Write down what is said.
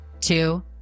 two